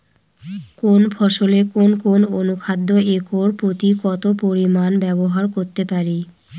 কোন ফসলে কোন কোন অনুখাদ্য একর প্রতি কত পরিমান ব্যবহার করতে পারি?